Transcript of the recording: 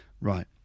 Right